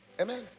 Amen